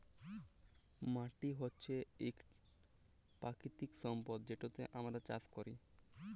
মাটি হছে ইক পাকিতিক সম্পদ যেটতে আমরা চাষ ক্যরি